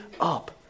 up